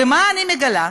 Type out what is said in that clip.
ומה אני מגלה?